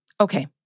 Okay